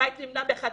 הבית נבנה מחדש.